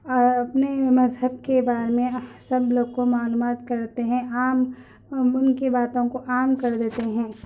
اور اپنے مذہب کے بارے میں سب لوگ کو معلومات کرتے ہیں عام ان کی باتوں کو عام کر دیتے ہیں